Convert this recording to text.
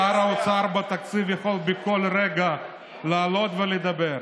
שר האוצר בתקציב יכול בכל רגע לעלות ולדבר,